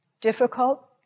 Difficult